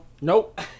Nope